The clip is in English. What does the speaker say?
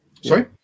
Sorry